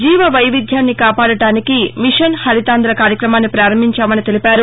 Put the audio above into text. జీవ వైవిధ్యాన్ని కాపాడటానికి మిషన్ హరితాంధ్ర కార్యక్రమాన్ని పారంభించామని తెలిపారు